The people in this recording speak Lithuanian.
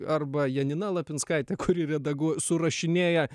arba janina lapinskaitė kuri redaguo surašinėja